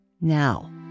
Now